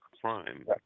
crime